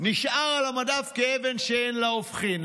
נשאר על המדף כאבן שאין לה הופכין.